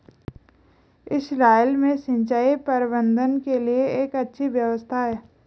Israel में सिंचाई प्रबंधन के लिए एक अच्छी व्यवस्था है